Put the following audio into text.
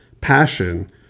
passion